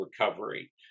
Recovery